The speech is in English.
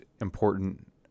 important